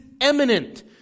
eminent